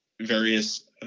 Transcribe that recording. various